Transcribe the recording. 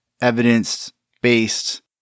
evidence-based